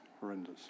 horrendous